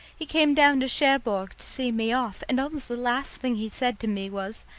he came down to cherbourg to see me off, and almost the last thing he said to me was,